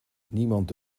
niemand